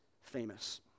famous